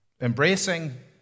embracing